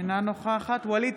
אינה נוכחת ווליד